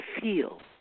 feel